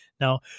Now